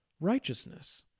righteousness